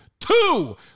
Two